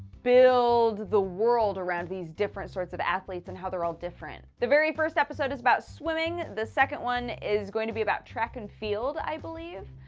build the world around these different sorts of athletes and how they're all different. the very first episode is about swimming, the second one is going to be about track and field, i believe?